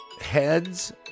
Heads